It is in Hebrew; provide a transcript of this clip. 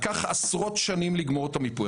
לקח עשרות שנים לגמור את המיפוי.